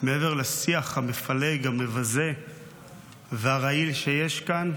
מעבר לשיח המפלג, המבזה והרעיל שיש כאן.